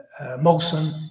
molson